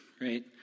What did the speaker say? right